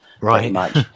Right